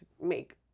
make